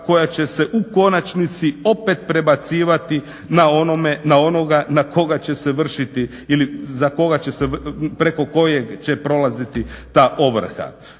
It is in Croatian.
koja će se u konačnici opet prebacivati na onoga preko kojeg će prolazit ta ovrha.